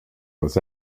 was